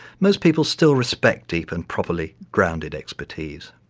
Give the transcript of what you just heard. most people still respect deep and properly grounded expertise.